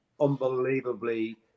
unbelievably